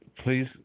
Please